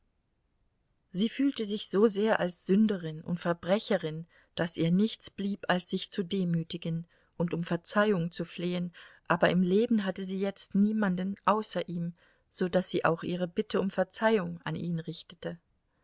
sie fühlte sich so sehr als sünderin und verbrecherin daß ihr nichts blieb als sich zu demütigen und um verzeihung zu flehen aber im leben hatte sie jetzt niemanden außer ihm so daß sie auch ihre bitte um verzeihung an ihn richtete